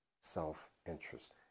self-interest